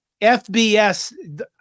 FBS